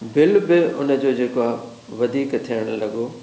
bill बि उनजो जेको आहे वधीक थियणु लॻो